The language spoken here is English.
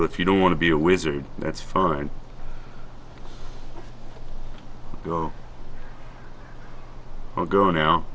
but if you don't want to be a wizard that's fine go i'll go now